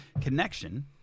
connection